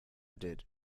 did